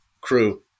crew